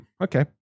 okay